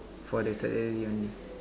for the salary only